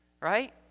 Right